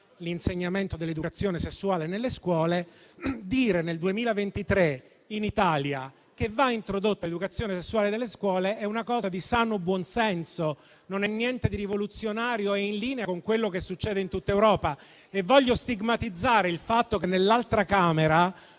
l'insegnamento dell'educazione sessuale nelle scuole. Dire nel 2023, in Italia, che va introdotta l'educazione sessuale nelle scuole è una cosa di sano buon senso, non è niente di rivoluzionario ed è in linea con quello che succede in tutta Europa. Voglio stigmatizzare il fatto che nell'altra Camera